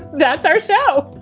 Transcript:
that's our show